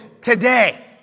today